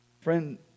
Friend